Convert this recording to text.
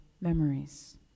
memories